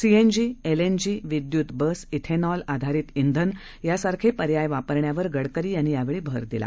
CNG LNG विद्युत bus ethanol आधारित इंधन यासारखे पर्याय वापरण्यावर गडकरी यांनी भर दिला